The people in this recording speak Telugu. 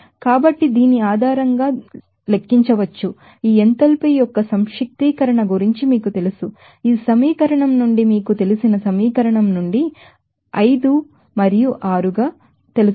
కాబట్టి దీని ఆధారంగా దీనిని లెక్కించవచ్చు ఈ ఎంథాల్పీ యొక్క సమ్మషన్ గురించి మీకు తెలుసు ఈ సమ్మషన్ నుండి మీకు తెలిసిన సమ్మషన్ నుండి మీకు 5 మరియు 6 తెలుసు